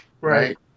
right